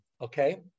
okay